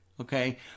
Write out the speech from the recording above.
Okay